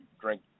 drink